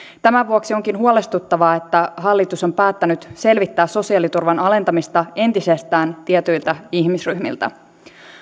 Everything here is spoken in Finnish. tämän vuoksi onkin huolestuttavaa että hallitus on päättänyt selvittää sosiaaliturvan alentamista entisestään tietyiltä ihmisryhmiltä